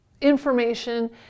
information